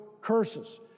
curses